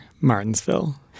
Martinsville